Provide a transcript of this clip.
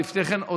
אבל לפני כן,